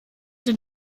den